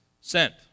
sent